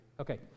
Okay